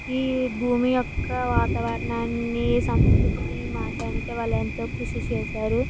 ఈ భూమి యొక్క వాతావరణాన్ని సంస్కృతిని మార్చడానికి వాళ్ళు ఎంతో కృషి చేశారు